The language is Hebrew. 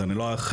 אז אני לא ארחיב,